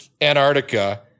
Antarctica